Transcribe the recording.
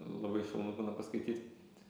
labai šaunu būna paskaityt